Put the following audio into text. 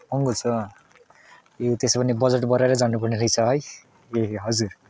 महँगो छ ए त्यसो भने बजट बढाएरै जानुपर्ने रहेछ है ए हजुर